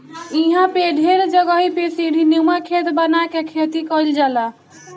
इहां पे ढेर जगही पे सीढ़ीनुमा खेत बना के खेती कईल जाला